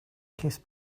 kiss